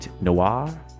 Noir